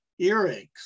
earaches